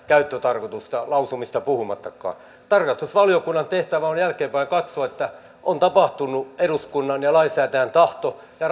käyttötarkoitusta lausumista puhumattakaan tarkastusvaliokunnan tehtävänä on jälkeenpäin katsoa että on tapahtunut eduskunnan ja lainsäätäjän tahto ja